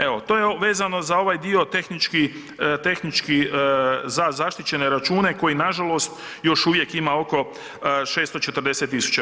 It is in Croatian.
Evo, to je vezano za ovaj dio tehnički za zaštićene račune koji nažalost još uvijek ima oko 640 tisuća.